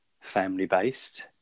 family-based